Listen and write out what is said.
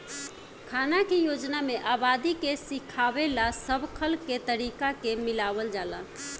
खाना के योजना में आबादी के खियावे ला सब खल के तरीका के मिलावल जाला